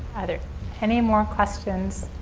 are there anymore questions?